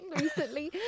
recently